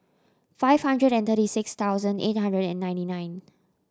five hundred and thirty six thousand eight hundred and ninety nine